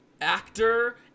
actor